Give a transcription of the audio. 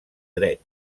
dret